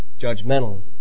judgmental